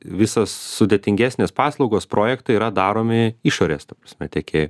visos sudėtingesnės paslaugos projektai yra daromi išorės ta prasme tiekėjo